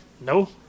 no